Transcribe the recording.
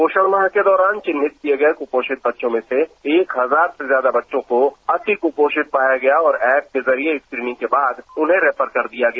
पोषण माह के दौरान चिनिह्त किए गए कुपोषित बच्चों में से एक हजार से ज्यादा बच्चों को अति कुपोषित पाया गया और एप के जरिए स्क्रीनिंग के बाद उन्हें रेफर कर दिया गया